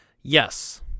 Yes